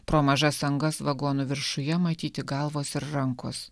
pro mažas angas vagonų viršuje matyti galvos ir rankos